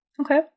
Okay